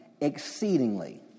exceedingly